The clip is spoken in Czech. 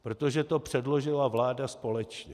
Protože to předložila vláda společně.